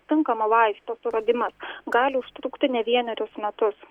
tinkamo vaisto suradimas gali užtrukti ne vienerius metus